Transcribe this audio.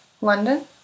London